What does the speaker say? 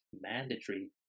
mandatory